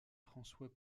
françois